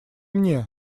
мне